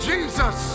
Jesus